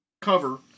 cover